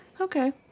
Okay